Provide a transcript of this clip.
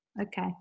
okay